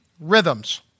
rhythms